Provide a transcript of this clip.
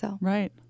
Right